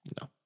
No